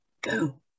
go